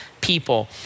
people